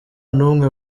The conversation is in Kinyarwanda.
n’umwe